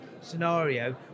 scenario